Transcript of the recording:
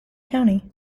county